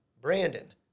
Brandon